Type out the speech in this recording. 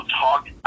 talk